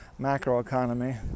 macroeconomy